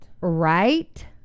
right